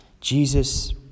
Jesus